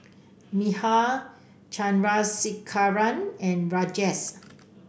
Medha Chandrasekaran and Rajesh